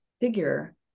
figure